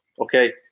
Okay